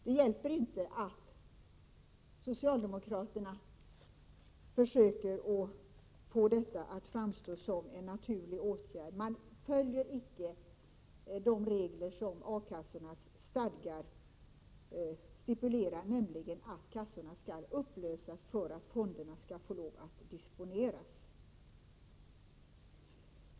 Det hjälper inte att socialdemokraterna försöker få detta att framstå som en naturlig åtgärd. Man följer inte de regler som A-kassornas stadgar stipulerar, nämligen att kassorna skall upplösas för att fonderna skall få lov att disponeras.